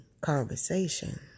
conversation